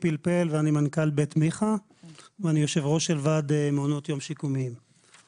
המטרה הייתה שלא תהיה נטישה ממעונות היום השיקומיים לעבר מקומות אחרים.